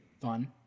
fun